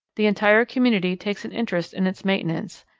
the entire community takes an interest in its maintenance,